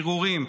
ערעורים,